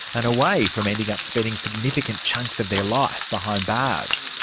and away from ending up spending significant chunks of their life behind bars.